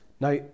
Now